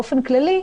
באופן כללי,